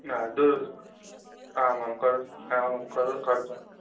न दु आमां करोतु आमां करोतु करोतु